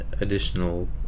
additional